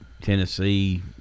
Tennessee